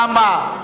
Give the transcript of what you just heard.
למה?